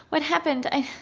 what happened? i.